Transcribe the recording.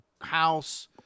house